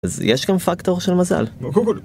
אז יש גם פקטור של מזל.